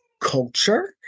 culture